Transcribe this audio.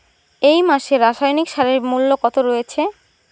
এই মাসে রাসায়নিক সারের মূল্য কত রয়েছে?